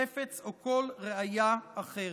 חפץ או כל ראיה אחרת.